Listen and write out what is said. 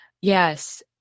Yes